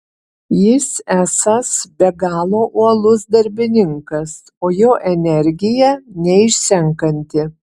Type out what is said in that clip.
jis esąs be galo uolus darbininkas o jo energija neišsenkanti